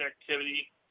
activity